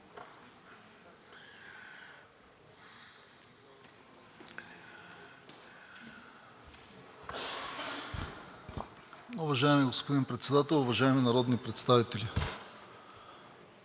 Уважаеми господин Председател, уважаеми народни представители!